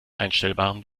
einstellbaren